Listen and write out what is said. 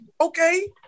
okay